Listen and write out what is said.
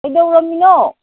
ꯀꯩꯗꯧꯔꯝꯃꯤꯅꯣ